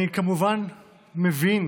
אני כמובן מבין